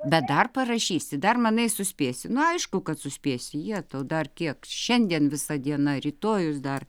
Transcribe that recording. bet dar parašysi dar manai suspėsi nu aišku kad suspėsi jetau dar kiek šiandien visa diena rytojus dar